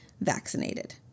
vaccinated